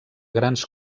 grans